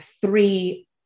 three